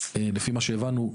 לפי מה שהבנו,